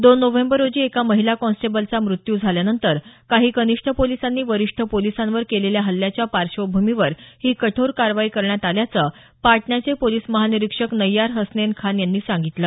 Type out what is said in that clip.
दोन नोव्हेंबर रोजी एका महिला कॉन्स्टेबलचा मृत्यू झाल्यानंतर काही कनिष्ठ पोलिसांनी वरिष्ठ पोलिसांवर केलेल्या हल्ल्याच्या पार्श्वभूमीवर ही कठोर कारवाई करण्यात आल्याचं पाटण्याचे पोलिस महानिरिक्षक नय्यार हसनैन खान यांनी सांगितलं